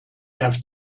have